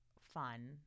fun